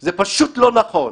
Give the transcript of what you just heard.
זה פשוט לא נכון.